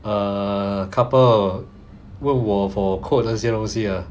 err couple 问我 for code 这些东西